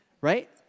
Right